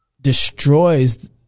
destroys